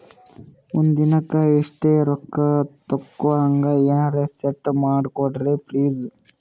ಒಂದಿನಕ್ಕ ಇಷ್ಟೇ ರೊಕ್ಕ ತಕ್ಕೊಹಂಗ ಎನೆರೆ ಸೆಟ್ ಮಾಡಕೋಡ್ರಿ ಪ್ಲೀಜ್?